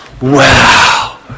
Wow